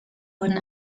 wurden